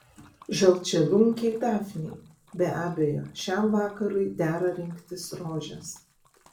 žalčialunkiai dafnei be abejo šiam vakarui dera rinktis rožes